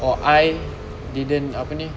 or I didn't apa ni